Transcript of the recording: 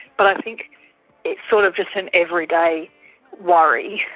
but i think it's sort of just an everyday worry,